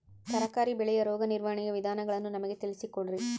ತರಕಾರಿ ಬೆಳೆಯ ರೋಗ ನಿರ್ವಹಣೆಯ ವಿಧಾನಗಳನ್ನು ನಮಗೆ ತಿಳಿಸಿ ಕೊಡ್ರಿ?